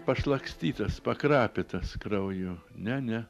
pašlakstytas pakrapytas krauju ne ne